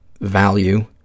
value